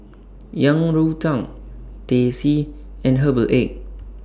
Yang Rou Tang Teh C and Herbal Egg